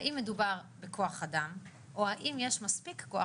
האם מדובר בכוח אדם או האם יש מספיק כוח